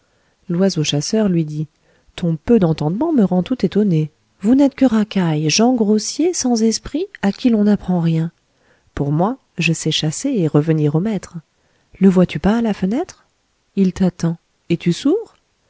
l'oiseau chasseur lui dit ton peu d'entendement me rend tout étonné vous n'êtes que racaille gens grossiers sans esprit à qui l'on n'apprend rien pour moi je sais chasser et revenir au maître le vois-tu pas à la fenêtre il t'attend es-tu